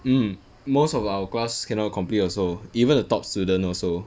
hmm most of our class cannot complete also even the top student also